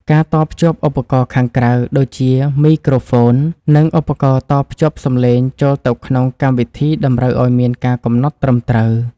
ការតភ្ជាប់ឧបករណ៍ខាងក្រៅដូចជាមីក្រូហ្វូន និង ឧបករណ៍តភ្ជាប់សំឡេងចូលទៅក្នុងកម្មវិធីតម្រូវឱ្យមានការកំណត់ត្រឹមត្រូវ។